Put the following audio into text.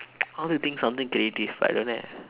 I want to think something creative but I don't have